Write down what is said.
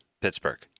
Pittsburgh